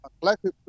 Collective